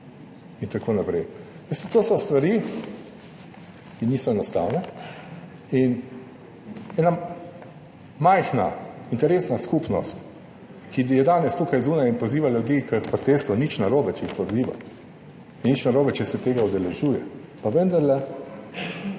in tako naprej. Veste, to so stvari, ki niso enostavne. Ena majhna interesna skupnost, ki je danes tukaj zunaj in poziva ljudi k protestu – nič narobe, če jih poziva, ni nič narobe, če se tega udeležuje, pa vendarle